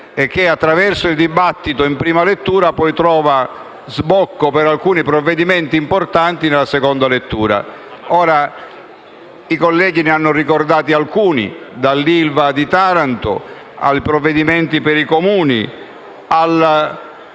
e che, attraverso il dibattito in prima lettura, trova sbocco per alcuni provvedimenti importanti nella seconda lettura. I colleghi ne hanno ricordati alcuni: dall'ILVA di Taranto, ai provvedimenti per i Comuni,